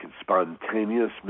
spontaneous